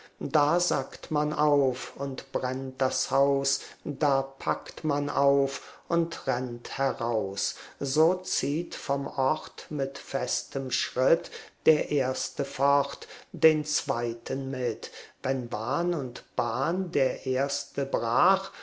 da sackt man auf und brennt das haus da packt man auf und rennt heraus so zieht vom ort mit festem schritt der erste fort den zweiten mit wenn wahn und bahn der beste brach